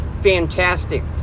fantastic